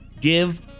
give